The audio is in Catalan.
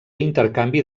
intercanvi